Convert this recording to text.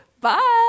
Bye